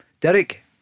Derek